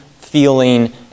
feeling